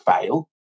fail